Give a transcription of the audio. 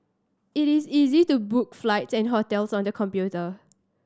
it is easy to book flights and hotels on the computer